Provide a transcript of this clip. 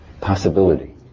possibility